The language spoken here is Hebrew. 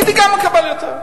גם הייתי מקבל יותר.